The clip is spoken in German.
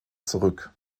zurück